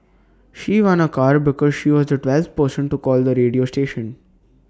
she won A car because she was the twelfth person to call the radio station